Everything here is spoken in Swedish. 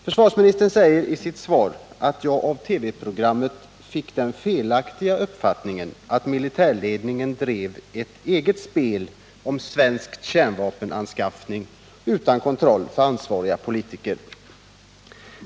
Försvarsministern säger i sitt svar att jag av TV-programmen fick den felaktiga uppfattningen att militärledningen drev ett eget spel om svensk kärnvapenanskaffning utom kontroll för ansvariga politiker.